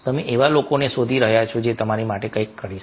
તમે એવા લોકોને શોધી રહ્યા છો જે તમારા માટે કંઈક કરી શકે